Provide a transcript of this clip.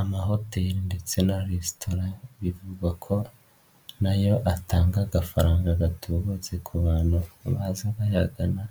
Amahoteli ndetse na resitora bivugwa ko nayo atanga agafaranga gatubatse ku bantu baza bayagana